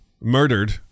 murdered